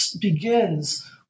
begins